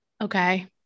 Okay